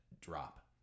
drop